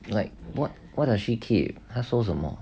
like what what does she keep 他收什么